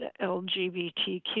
LGBTQ